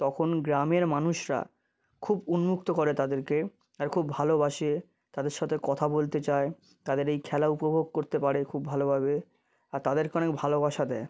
তখন গ্রামের মানুষরা খুব উন্মুক্ত করে তাদেরকে আর খুব ভালোবাসে তাদের সাথে কথা বলতে চায় তাদের এই খেলা উপভোগ করতে পারে খুব ভালোভাবে আর তাদেরকে অনেক ভালোবাসা দেয়